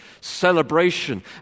celebration